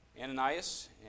Ananias